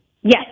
Yes